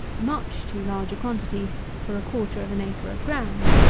much too large a quantity for a quarter of an acre of ground.